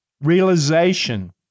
realization